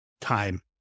time